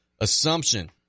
Assumption